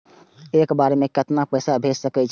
एक बार में केतना पैसा भेज सके छी?